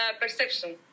Perception